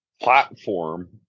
platform